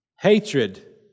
hatred